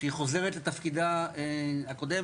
שהיא חוזרת לתפקידה הקודם,